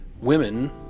women